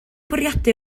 bwriadu